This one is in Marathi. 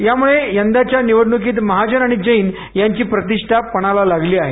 त्यामुळे यंदाच्या निवडणुकीत महाजन आणि जैन यांची प्रतिष्ठा पणाला लागली आहे